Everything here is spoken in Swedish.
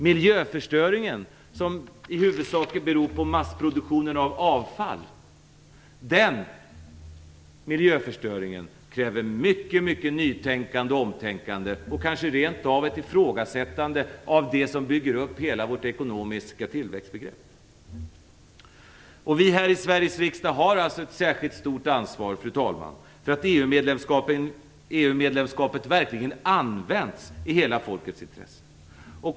Miljöförstöringen, som i huvudsak beror på massproduktionen av avfall, kräver mycket nytänkande och omtänkande, kanske rent av ett ifrågasättande av det som bygger upp hela vårt ekonomiska tillväxtbegrepp. Vi här i Sveriges riksdag har alltså ett särskilt stort ansvar, fru talman, för att EU-medlemskapet verkligen används i hela folkets intresse.